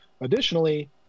Additionally